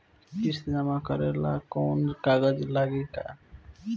किस्त जमा करे ला कौनो कागज लागी का?